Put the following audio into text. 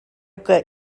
que